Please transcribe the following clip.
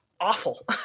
awful